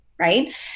Right